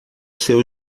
seu